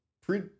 pre